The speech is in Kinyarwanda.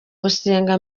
gusenga